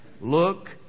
Look